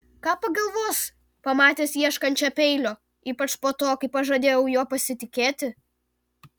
ką pagalvos pamatęs ieškančią peilio ypač po to kai pažadėjau juo pasitikėti